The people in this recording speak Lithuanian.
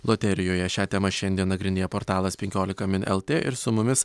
loterijoje šią temą šiandien nagrinėja portalas penkiolika min lt ir su mumis